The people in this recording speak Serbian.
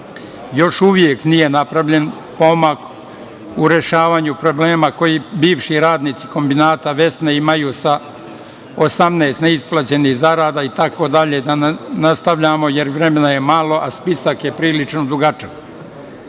uvek nije napravljen pomak u rešavanju problema koji bivši radnici kombinata „Vesna“ imaju sa 18 ne isplaćenih zarada itd, da ne nastavljamo jer vremena je malo, a spisak je prilično